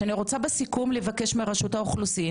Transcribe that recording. שאני רוצה בסיכום לבקש מרשות האוכלוסין